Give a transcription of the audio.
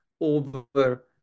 over